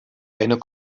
eine